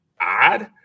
odd